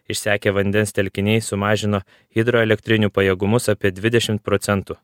išsekę vandens telkiniai sumažino hidroelektrinių pajėgumus apie dvidešimt procentų